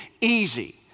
easy